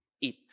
Eat